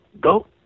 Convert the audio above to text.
Go